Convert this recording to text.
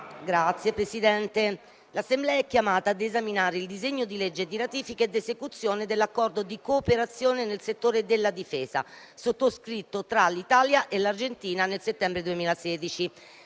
Signor Presidente, l'Assemblea è chiamata ad esaminare il disegno di legge di ratifica ed esecuzione dell'Accordo di cooperazione nel settore della difesa, sottoscritto tra l'Italia e l'Argentina nel settembre 2016.